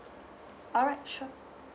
alright sure